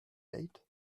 eighth